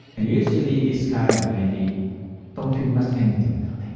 and usually, this kind of lady don't feel much anything down